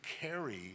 carry